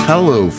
Hello